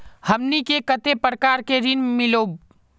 हमनी के कते प्रकार के ऋण मीलोब?